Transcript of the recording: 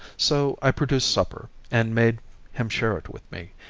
so i produced supper, and made him share it with me,